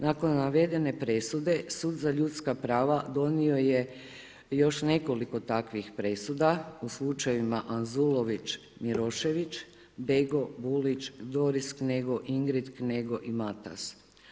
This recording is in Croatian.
Nakon navedene presude Sud za ljudska prava donio je još nekoliko takvih presuda o slučajevima Anzulović, Milošević, Bego, Bulić, Doris Knego, Ingrid Knego i Matas.